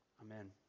Amen